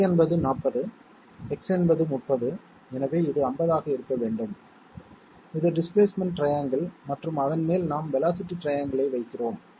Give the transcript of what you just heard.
Y என்பது 40 X என்பது 30 எனவே இது 50 ஆக இருக்க வேண்டும் இது டிஸ்பிளேஸ்மென்ட் ட்ரையாங்கில் மற்றும் அதன் மேல் நாம் வேலோஸிட்டி ட்ரையாங்கில் ஐ வைக்கிறோம்